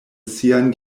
sian